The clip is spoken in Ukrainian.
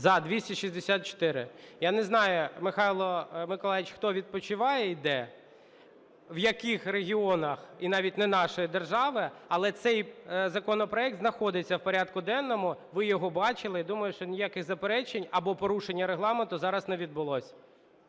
За-264 Я не знаю, Михайло Миколайович, хто відпочиває і де, в яких регіонах і навіть не нашої держави. Але цей законопроект знаходиться в порядку денному. Ви його бачили. І думаю, що ніяких заперечень або порушення Регламенту зараз не відбулось.